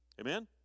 Amen